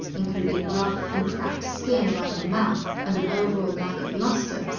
including rough and cracked skin around the mouth and an overall lack of lustre,